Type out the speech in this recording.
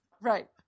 Right